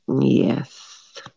Yes